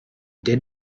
did